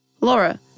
Laura